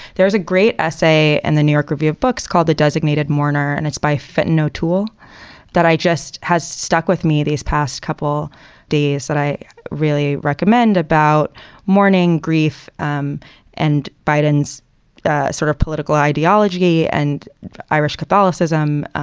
there's a great essay in and the new york review of books called the designated mourner. and it's by fit no tool that i just has stuck with me these past couple days that i really recommend about mourning, grief um and biden's ah sort of political ideology and irish catholicism.